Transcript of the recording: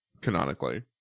canonically